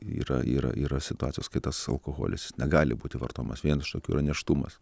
yra yra yra situacijos kai tas alkoholis negali būti vartomas vienas iš tokių yra nėštumas